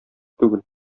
түгел